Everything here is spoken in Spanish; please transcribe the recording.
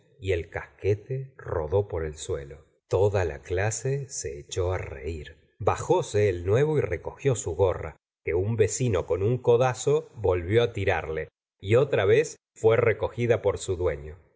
y el casquete rodó por el suelo toda la clase se echó reir bajóse el nuevo y recogió su gorra que un vecino con un codazo volvió tirare y otra vez fué recogida por su duefio